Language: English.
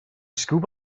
scoop